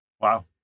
Wow